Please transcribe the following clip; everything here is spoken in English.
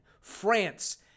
France